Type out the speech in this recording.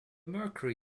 mercury